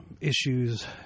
issues